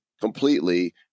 completely